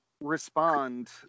respond